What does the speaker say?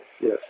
yes